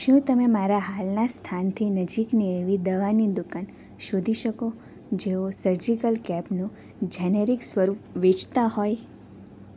શું તમે મારા હાલના સ્થાનથી નજીકની એવી દવાની દુકાન શોધી શકો જેઓ સર્જિકલ કેપનું જેનેરિક સ્વરૂપ વેચતાં હોય